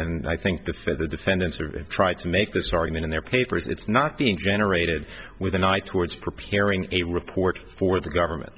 and i think the for the descendants of it tried to make this argument in their papers it's not being generated with an eye towards preparing a report for the government